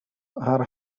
are